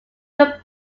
were